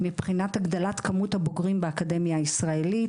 מבחינת הגדלת כמות הבוגרים באקדמיה הישראלית